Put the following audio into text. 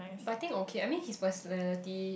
but I think okay I mean his personality